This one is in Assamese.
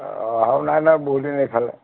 অহাও নাই নহয় বহুদিন এইফালে